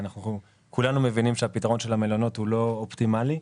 אנחנו כולנו מבינים שהפתרון של המלונות הוא לא אופטימלי,